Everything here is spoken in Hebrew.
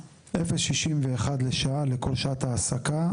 0.61 לשעה לכל שעת ההעסקה.